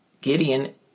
Gideon